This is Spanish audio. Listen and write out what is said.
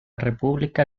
república